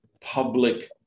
public